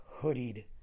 hoodied